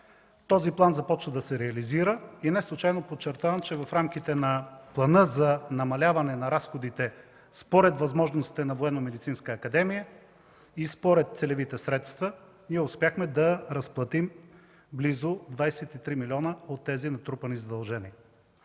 Този план започна да се реализира и неслучайно подчертавам, че в рамките на плана за намаляване на разходите според възможностите на Военномедицинска академия и според целевите средства, ние успяхме да разплатим близо 23 милиона от тези натрупани задължения.